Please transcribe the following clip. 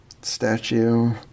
statue